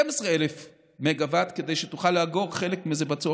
12,000 מגה-ואט כדי שתוכל לאגור חלק מזה,